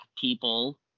people